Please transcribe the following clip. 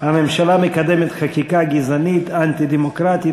הממשלה מקדמת חקיקה גזענית ואנטי-דמוקרטית